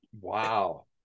Wow